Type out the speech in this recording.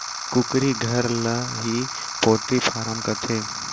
कुकरी घर ल ही पोल्टी फारम कथें